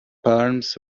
palms